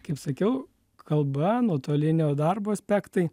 kaip sakiau kalba nuotolinio darbo aspektai